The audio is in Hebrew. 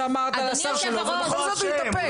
שאמרת על השר שלו ובכל זאת הוא התאפק.